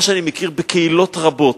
מה שאני מכיר בקהילות רבות,